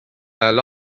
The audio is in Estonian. ajal